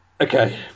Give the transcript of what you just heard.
Okay